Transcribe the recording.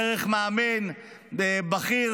דרך מאמן בכיר,